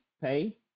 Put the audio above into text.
Pay